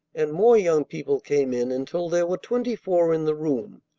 and more young people came in until there were twenty-four in the room.